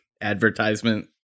advertisement